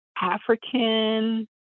African